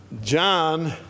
John